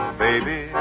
baby